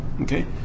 Okay